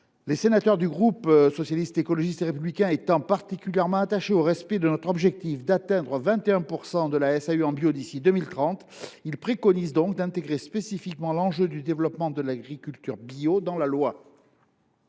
Les sénateurs du groupe Socialiste, Écologiste et Républicain étant particulièrement attachés au respect de notre objectif d’atteindre 21 % de la SAU en bio d’ici à 2030, ils préconisent d’intégrer spécifiquement l’enjeu du développement de l’agriculture biologique dans la loi.